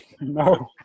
No